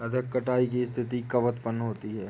अधिक कटाई की स्थिति कब उतपन्न होती है?